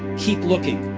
keep looking.